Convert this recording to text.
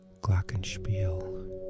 glockenspiel